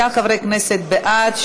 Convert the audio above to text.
49 חברי כנסת בעד,